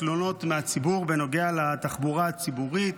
תלונות מהציבור בנוגע לתחבורה הציבורית.